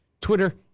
Twitter